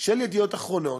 של "ידיעות אחרונות",